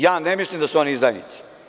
Ja ne mislim da su oni izdajnici.